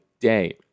day